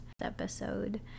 episode